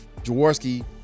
Jaworski